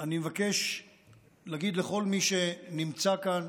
אני מבקש להגיד לכל מי שנמצא כאן,